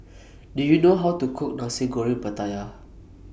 Do YOU know How to Cook Nasi Goreng Pattaya